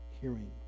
hearing